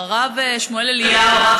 הרב שמואל אליהו,